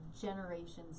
generations